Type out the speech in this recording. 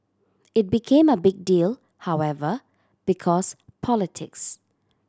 it became a big deal however because politics